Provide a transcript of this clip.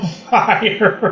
fire